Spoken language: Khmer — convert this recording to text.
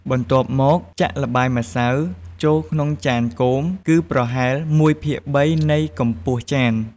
បន្ទាប់មក ចាក់ល្បាយម្សៅចូលក្នុងចានគោម គឺប្រហែល ១ភាគ៣ នៃកម្ពស់ចាន។